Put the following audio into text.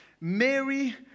Mary